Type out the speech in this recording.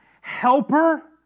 helper